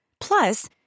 Plus